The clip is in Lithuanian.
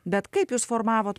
bet kaip jūs formavot